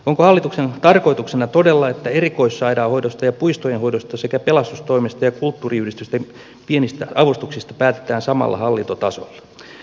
onko hallituksen tarkoituksena todella että erikoissairaanhoidosta ja puistojen hoidosta sekä pelastustoimesta ja kulttuuriyhdistysten pienistä avustuksista päätetään samalla hallintotasolla